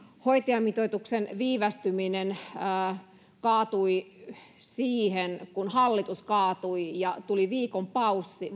hoitajamitoituksen viivästyminen tämä kaatui siihen kun hallitus kaatui ja tuli viikon paussi